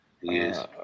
Yes